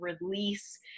release